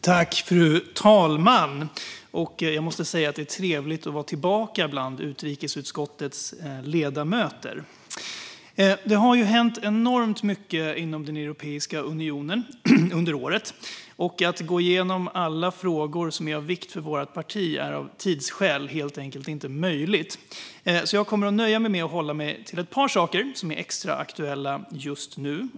Fru talman! Det är trevligt att vara tillbaka bland utrikesutskottets ledamöter. Det har ju hänt enormt mycket inom Europeiska unionen under året. Att gå igenom alla frågor som är av vikt för vårt parti är av tidsskäl inte möjligt, så jag kommer därför att hålla mig till ett par saker som är extra aktuella just nu.